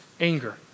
anger